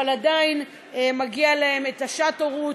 אבל עדיין מגיעה להן שעת ההורות,